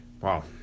Wow